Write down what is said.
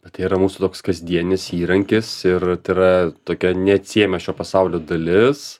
tai yra mūsų toks kasdienis įrankis ir tai yra tokia neatsiejama šio pasaulio dalis